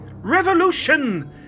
revolution